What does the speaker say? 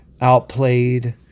outplayed